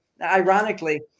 Ironically